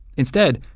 instead,